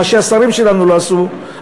מה שהשרים שלנו לא עשו,